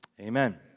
Amen